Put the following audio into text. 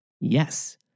Yes